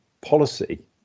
policy